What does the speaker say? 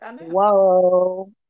Whoa